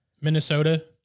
Minnesota